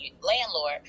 landlord